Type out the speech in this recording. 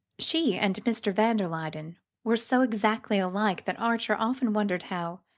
she and mr. van der luyden were so exactly alike that archer often wondered how,